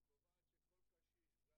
זאת אומרת שיש לנו